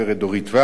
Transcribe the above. תודה רבה.